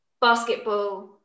basketball